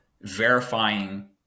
verifying